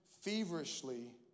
feverishly